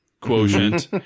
quotient